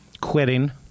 quitting